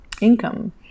income